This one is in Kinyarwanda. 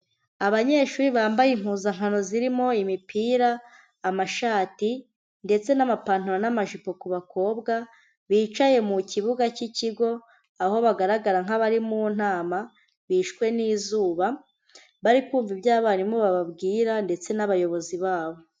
Abanyeshuri bambaye impuzankano zirimo imipira, amashati ndetse n'amapantaro n'amajipo ku bakobwa, bicaye mu kibuga cy'ikigo aho bagaragara nk'abari mu nama, bishwe n'izuba bari kumva ibyo abarimu bababwira ndetse n'abayobozi babo.